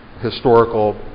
historical